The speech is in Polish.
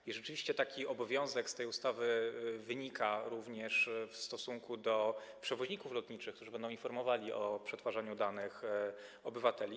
I rzeczywiście taki obowiązek z tej ustawy wynika również w stosunku do przewoźników lotniczych, którzy będą informowali o przetwarzaniu danych obywateli.